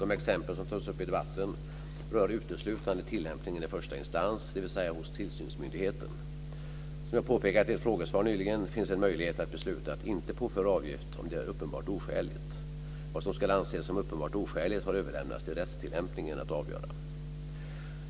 De exempel som tas upp i debatten rör uteslutande tillämpningen i första instans, dvs. hos tillsynsmyndigheten. Som jag har påpekat i ett frågesvar nyligen finns en möjlighet att besluta att inte påföra avgift om det är uppenbart oskäligt. Vad som ska anses som uppenbart oskäligt har överlämnats till rättstillämpningen att avgöra.